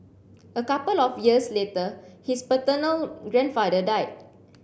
a couple of years later his paternal grandfather died